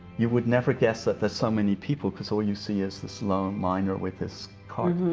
you would never guess that there're so many people, cause all you see is this lone miner with his cart.